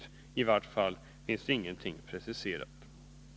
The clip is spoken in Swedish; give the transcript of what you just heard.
I varje fall finns det ingenting preciserat om hur det skall gå till.